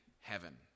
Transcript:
heaven